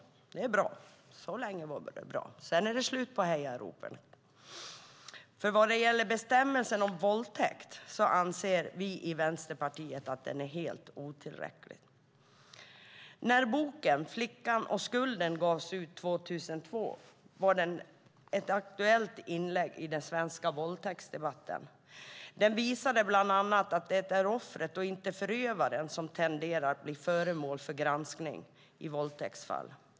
Det är bra. Så långt låter det bra. Sedan är det slut på hejaropen. Vad gäller bestämmelsen om våldtäkt anser Vänsterpartiet att den är helt otillräcklig. När boken Flickan och skulden gavs ut 2002 var den ett aktuellt inlägg i den svenska våldtäktsdebatten. Den visade bland annat att det är offret och inte förövaren som tenderar att bli föremål för granskning i våldtäktsfall.